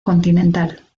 continental